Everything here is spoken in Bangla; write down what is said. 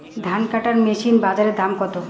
ধান কাটার মেশিন এর বাজারে দাম কতো?